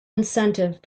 incentive